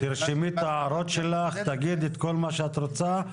תרשמי את הערותייך ותגידי את כל מה שאת רוצה,